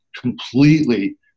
completely